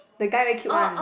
the guy very cute one